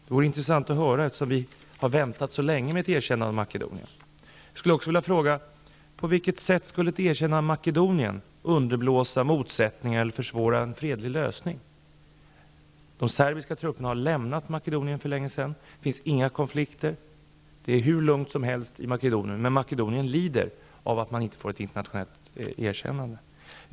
Det vore intressant att höra eftersom vi har väntat så länge med ett erkännande av På vilket sätt skulle ett erkännande av Makedonien underblåsa motsättningar eller försvåra en fredlig lösning? De serbiska trupperna har lämnat Makedonien för länge sedan. Det finns inga konflikter. Det är hur lugnt som helst i Makedonien. Men i Makedonien lider man av att man inte får ett internationellt erkännande.